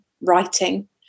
writing